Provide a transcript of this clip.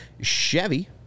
Chevy